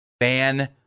fan